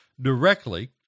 directly